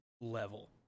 level